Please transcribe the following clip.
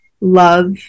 love